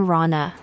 Rana